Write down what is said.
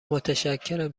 متشکرم